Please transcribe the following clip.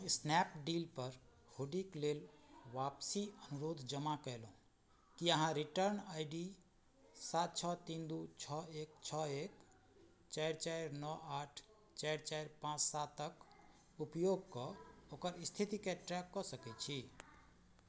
Snapdeal पर होडिक लेल आपसी अनुरोध जमा कयलहुँ की अहाँ रिटर्न आई डी सात छओ तीन दू छओ एक छओ एक चारि चारि नओ आठ चारि चारि पाँच सातक उपयोग कऽ ओकर स्थितिके ट्रैक कऽ सकैत छी